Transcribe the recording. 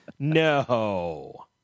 no